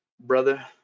brother